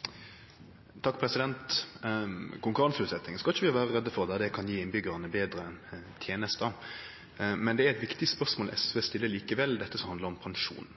vi ikkje vere redde for der det kan gje innbyggjarane betre tenester. Men det er likevel eit viktig spørsmål SV stiller, dette som handlar om pensjon,